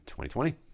2020